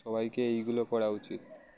সবাইকে এইগুলো করা উচিত